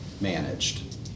managed